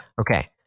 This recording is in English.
Okay